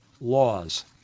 laws